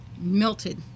melted